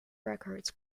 records